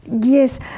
yes